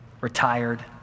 retired